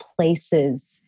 places